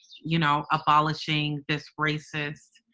you know, abolishing this racist,